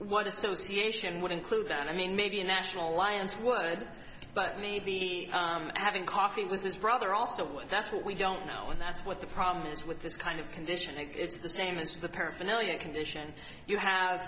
association would include and i mean maybe a national alliance would but maybe having coffee with his brother also that's what we don't know and that's what the problem is with this kind of condition it's the same as the paraphernalia condition you have